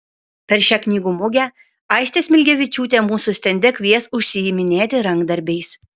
per šią knygų mugę aistė smilgevičiūtė mūsų stende kvies užsiiminėti rankdarbiais